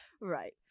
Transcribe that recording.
Right